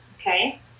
okay